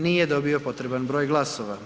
Nije dobio potreban broj glasova.